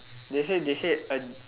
they say they said a